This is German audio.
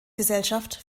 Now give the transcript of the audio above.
gesellschaft